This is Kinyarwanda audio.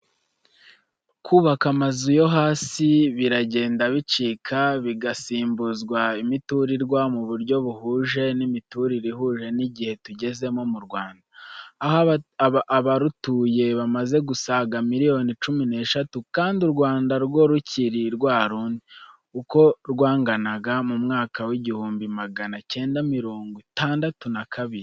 Kubaka amazu yo hasi biragenda bicika bigasimbuzwa imiturirwa, mu buryo buhuje n'imiturire ihuje n'igihe tugezemo mu Rwanda, aho abarutuye bamaze gusaga miliyoni cumi n'eshatu kandi u Rwanda rwo rukiri rwa rundi, uko rwanganaga mu mwaka w'igihumbi magana cyenda mirongo itandatu na kabiri.